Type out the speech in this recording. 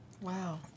Wow